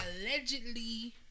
allegedly